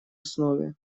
основе